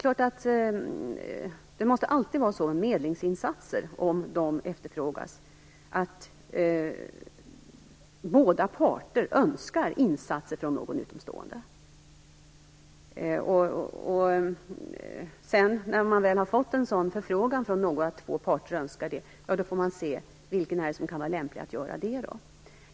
Vad gäller medlingsinsatser måste alltid båda parter önska insatser från någon utomstående. När man väl har fått en förfrågan och två parter önskar detta får man se vem som kan vara lämplig som medlare.